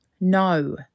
No